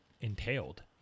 entailed